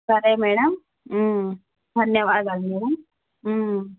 సరే మేడం ధన్యవాదాలు మేడం